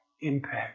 impact